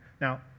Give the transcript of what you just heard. Now